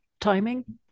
timing